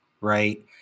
right